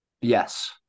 Yes